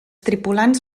tripulants